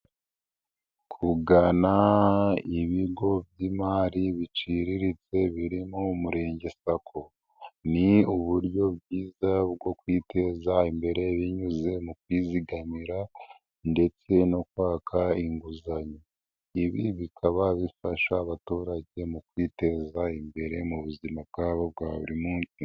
Kugana ibigo by'imari biciriritse biri mu murenge sacco ni uburyo bwiza bwo kwiteza imbere binyuze mu kwizigamira ndetse no kwaka inguzanyo. Ibi bikaba bifasha abaturage mu kwiteza imbere mu buzima bwabo bwa buri munsi.